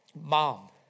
Mom